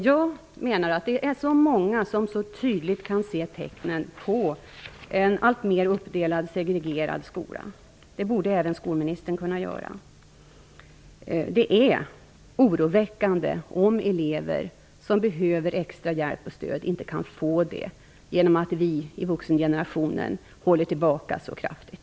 Jag menar att det är så många som så tydligt kan se tecknen på en alltmer uppdelad, segregerad skola. Det borde även skolministern kunna göra. Det är oroväckande om elever som behöver extra hjälp och stöd inte kan få det på grund av att vi i vuxengenerationen håller tillbaka så kraftigt.